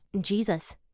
Jesus